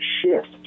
shift